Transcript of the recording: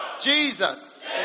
Jesus